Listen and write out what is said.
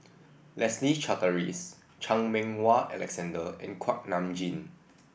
Leslie Charteris Chan Meng Wah Alexander and Kuak Nam Jin